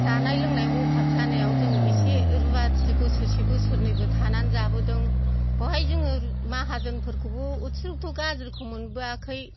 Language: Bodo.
जानाय लोंनाय अभाब जानायाव जों एसे रुवाथि बोसोरसे बोसोरनैबो थानानै जाबोदों बेवहाय जों माहाजोनफोरखौबो अतिरक्त' गाज्रिखौ मोनबोआखै